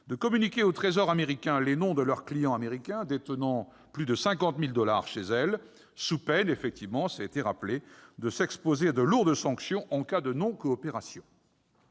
de communiquer au Trésor américain les noms de leurs clients américains détenant plus de 50 000 dollars chez elles, sous peine, cela a été rappelé, de s'exposer à de lourdes sanctions en cas de non-coopération.